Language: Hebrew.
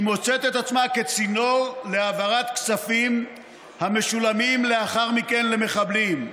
היא מוצאת את עצמה כצינור להעברת כספים המשולמים לאחר מכן למחבלים.